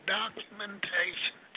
documentation